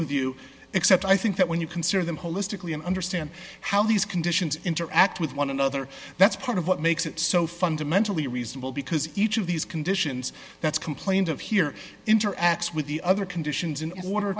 with you except i think that when you consider them holistically and understand how these conditions interact with one another that's part of what makes it so fundamentally reasonable because each of these conditions that's complained of here interacts with the other conditions in order